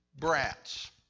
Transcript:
Brats